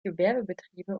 gewerbebetriebe